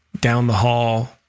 down-the-hall